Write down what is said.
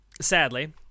sadly